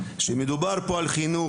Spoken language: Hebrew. כשמדובר פה על חינוך,